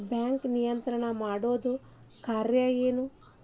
Bank ನಿಯಂತ್ರಣ ಮಾಡೊ ಕಾರ್ಣಾ ಎನು?